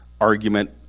argument